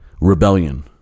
rebellion